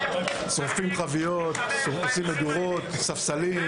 הם שורפים חביות וספסלים,